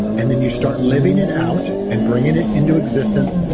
and then you start living it out and bringing it into existence,